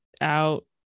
out